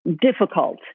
difficult